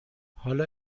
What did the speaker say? حالا